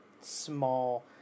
small